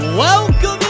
welcome